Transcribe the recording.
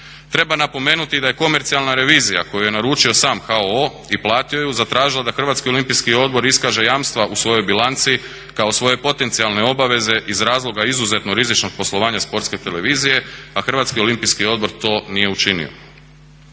Treba napomenuti da je komercijalna revizija koju je nazočio sam HOO i platio ju, zatražila da Hrvatski olimpijski odbor iskaže jamstva u svojoj bilanci kao svoje potencijalne obaveze iz razloga izuzetno rizičnog poslovanja Sportske televizije, a Hrvatski olimpijski odbor to nije učinio.